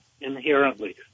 inherently